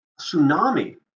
tsunami